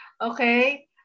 okay